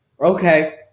okay